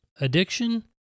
Addiction